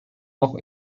auch